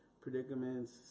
predicaments